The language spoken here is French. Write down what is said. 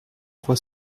trois